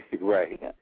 Right